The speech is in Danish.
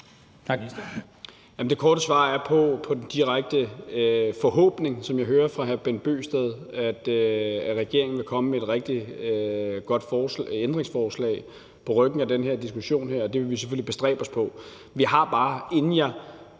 Det korte svar på hr. Bent Bøgsteds håb om, at regeringen vil komme med et rigtig godt ændringsforslag på ryggen af den her diskussion, er, at det vil vi selvfølgelig bestræbe os på.